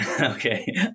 Okay